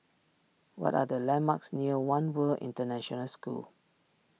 what are the landmarks near one World International School